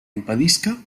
impedisca